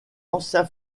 ancien